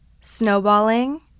snowballing